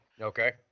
Okay